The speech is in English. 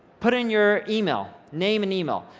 put in your email, name and email.